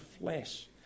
flesh